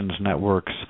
networks